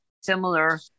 similar